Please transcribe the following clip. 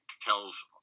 tells